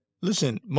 Listen